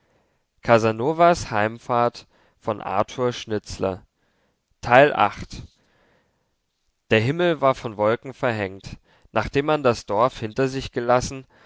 der himmel war von wolken verhängt nachdem man das dorf hinter sich gelassen